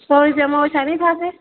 સો રૂપિયા ઓછા નહીં થાય